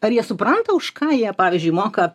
ar jie supranta už ką jie pavyzdžiui moka